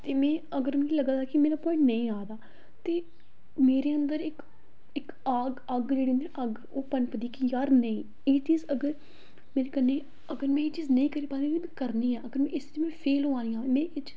ते में अगर मिगी लग्गा दा कि मेरा पोआइंट नेईं आ दा ते में मेरे अंदर इक इक आग अग्ग जेह्ड़ी होंदी ना अग्ग ओह् पनपदी कि यार नेईं एह् चीज अगर मेरे कन्नै अगर में एह् चीज नेईं करी पा दी ते एह् में करनी ऐ अगर में इस च में फेल होआ नी आं ते में एह्दे च